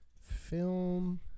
film